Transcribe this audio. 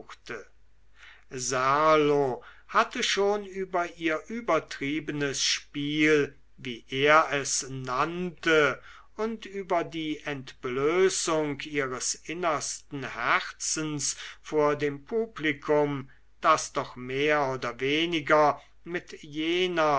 hatte schon über ihr übertriebenes spiel wie er es nannte und über die entblößung ihres innersten herzens vor dem publikum das doch mehr oder weniger mit jener